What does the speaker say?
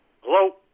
Hello